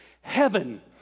heaven